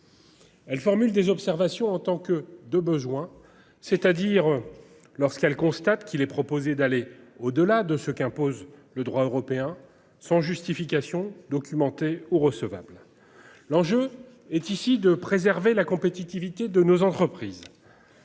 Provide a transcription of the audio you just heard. Elle formule des observations en tant que de besoin, c'est-à-dire. Lorsqu'elle constate qu'il est proposé d'aller au-delà de ce qu'impose le droit européen sans justification documenté ou recevable. L'enjeu est ici de préserver la compétitivité de nos entreprises.